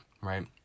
right